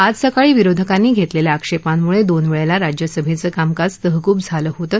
आज सकाळी विरोधकांनी घेतलेल्या आक्षेपांमुळे दोन वेळेला राज्य सभेचं कामकाज तहकुब झालं होतं